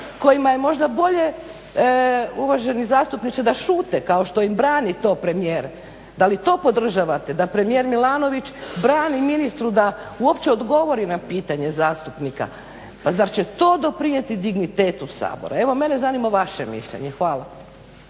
kojima je možda bolje uvaženi zastupniče da šute kao što im brani to premijer. Da li to podržavate da premijer Milanović brani ministru da uopće odgovori na pitanje zastupnika? Pa zar će to doprinijeti dignitetu Sabora? Evo, mene zanima vaše mišljenje. Hvala.